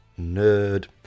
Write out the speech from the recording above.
Nerd